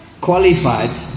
qualified